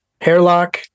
hairlock